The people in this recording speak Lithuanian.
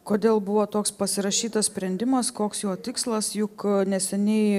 kodėl buvo toks pasirašytas sprendimas koks jo tikslas juk neseniai